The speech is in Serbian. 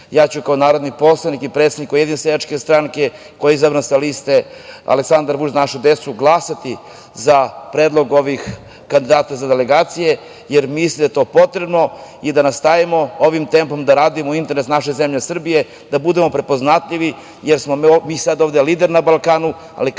ja ću kao narodni poslanik i predsednik Ujedinjene seljačke stranke, koji je izabran sa liste Aleksandar Vučić – Za našu decu, glasati za predlog kandidata za delegacije, jer misle da je to potrebno i da nastavimo ovim tempom da radimo u interes naše zemlje Srbije, da budemo prepoznatljivi, jer smo mi sada ovde lider na Balkanu,